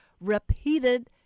repeated